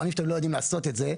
אנחנו נציגים של גופים חיצוניים.